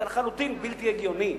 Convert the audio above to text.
זה לחלוטין בלתי הגיוני.